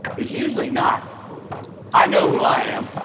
is usually not i know who i am.